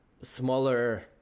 smaller